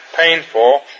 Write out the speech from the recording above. painful